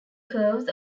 curves